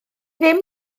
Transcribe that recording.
ddim